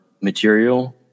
material